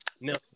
No